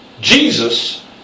Jesus